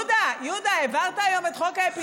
יהודה, העברת היום את חוק האפינפרין,